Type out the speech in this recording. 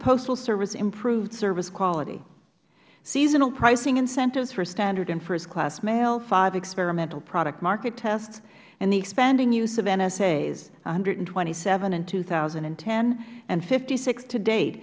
postal service improved service quality seasonal pricing incentives for standard and first class mail five experimental product market tests and the expanding use of nsas one hundred and twenty seven in two thousand and ten and fifty six to date